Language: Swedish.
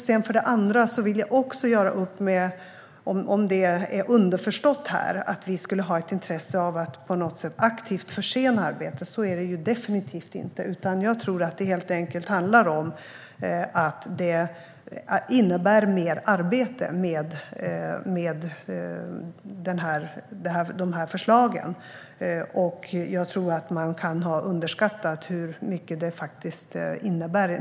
Den andra frågan jag vill klara ut är funderingen om vi underförstått skulle ha ett intresse av att på något sätt aktivt försena arbetet. Så är det definitivt inte. Det handlar helt enkelt om att det innebär mer arbete med dessa förslag. Man kan ha underskattat hur mycket det faktiskt innebär.